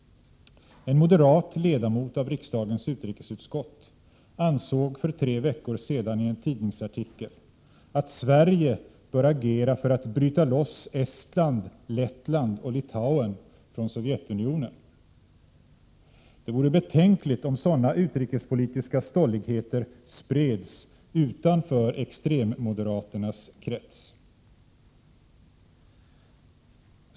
En moderat ledamot av riksdagens utrikesutskott ansåg för tre veckor sedan i en tidningsartikel att Sverige bör agera för att bryta loss Estland, Lettland och Litauen från Sovjetunionen. Det vore betänkligt om sådana utrikespolitiska stolligheter spreds utanför extremmoderaternas krets.